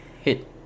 Hit